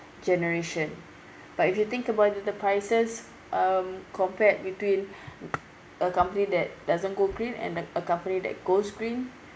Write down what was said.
generation but if you think about the the prices um compared between a company that doesn't go green and a a company that goes green